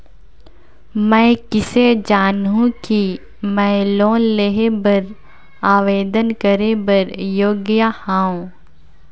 मैं किसे जानहूं कि मैं लोन लेहे बर आवेदन करे बर योग्य हंव?